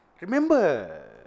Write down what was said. remember